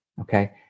okay